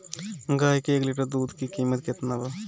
गाय के एक लीटर दूध के कीमत केतना बा?